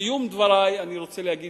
לסיום דברי אני רוצה להגיד